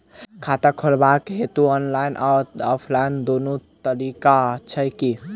खाता खोलेबाक हेतु ऑनलाइन आ ऑफलाइन दुनू तरीका छै की?